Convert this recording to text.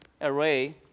array